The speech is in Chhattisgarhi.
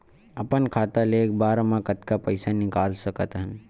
अपन खाता ले एक बार मा कतका पईसा निकाल सकत हन?